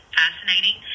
fascinating